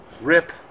Rip